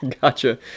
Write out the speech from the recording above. Gotcha